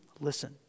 listen